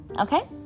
Okay